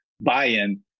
buy-in